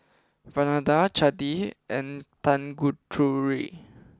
Vandana Chandi and Tanguturi